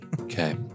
Okay